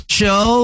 show